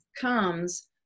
comes